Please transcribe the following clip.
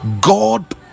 God